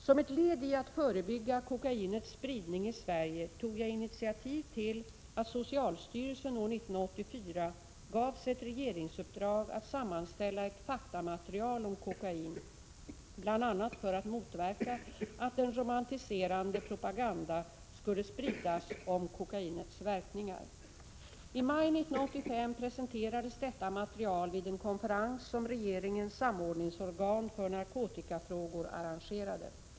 Som ett led i att förebygga kokainets spridning i Sverige tog jag initiativ till att socialstyrelsen år 1984 gavs ett regeringsuppdrag att sammanställa ett faktamaterial om kokain, bl.a. för att motverka att en romantiserande propaganda skulle spridas om kokainets verkningar. I maj 1985 presenterades detta material vid en konferens som regeringens samordningsorgan för narkotikafrågor arrangerade.